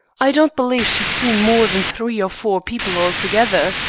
i don't believe she's seen more than three or four people altogether.